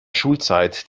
schulzeit